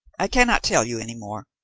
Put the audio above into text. i cannot tell you any more,